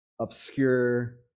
obscure